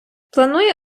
планує